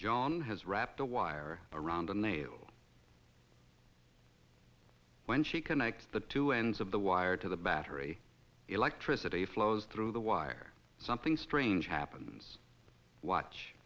joan has wrapped a wire around a nail when she connects the two ends of the wire to the battery electricity flows through the wire something strange happens watch